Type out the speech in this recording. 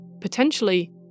potentially